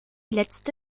letzte